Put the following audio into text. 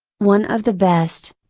one of the best,